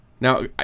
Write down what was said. Now